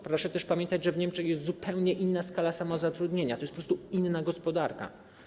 Proszę też pamiętać, że w Niemczech jest zupełnie inna skala samozatrudnienia, to jest po prostu inna gospodarka.